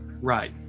Right